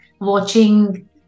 Watching